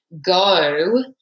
go